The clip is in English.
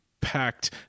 Packed